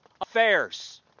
affairs